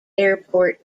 airport